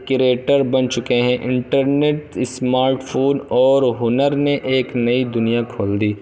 creator بن چکے ہیں انٹرنیٹ اسمارٹ فون اور ہنر نے ایک نئی دنیا کھول دی